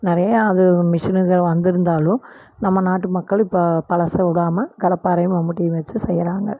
நிறைய அது மிஷினுங்கள் வந்திருந்தாலும் நம்ம நாட்டு மக்கள் இப்போ பழச விடாம கடப்பாரையும் மம்முட்டியும் வச்சு செய்கிறாங்க